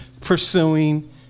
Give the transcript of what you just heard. pursuing